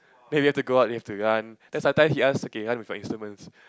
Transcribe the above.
then we have to go up and we have to run then sometimes he ask okay run with your instruments